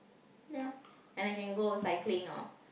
ya and I can go cycling or